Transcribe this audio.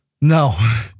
No